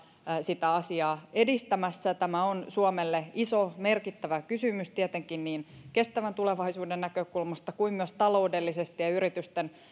sitä asiaa edistämässä tämä on suomelle iso merkittävä kysymys tietenkin niin kestävän tulevaisuuden näkökulmasta kuin myös taloudellisesti ja yritysten